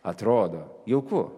atrodo jauku